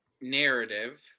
narrative